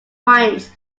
points